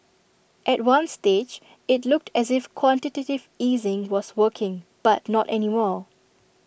at one stage IT looked as if quantitative easing was working but not any more